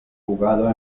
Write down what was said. jugado